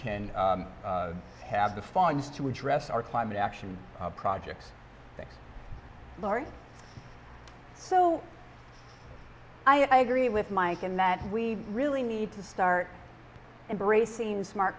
can have the funds to address our climate action projects laurie so i agree with mike in that we really need to start embracing smart